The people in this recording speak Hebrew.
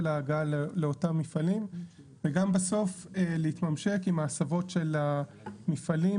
ההגעה לאותם מפעלים וגם בסוף להתממשק עם ההסבות של המפעלים,